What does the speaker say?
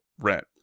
rent